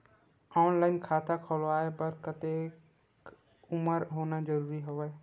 Online खाता खुलवाय बर कतेक उमर होना जरूरी हवय?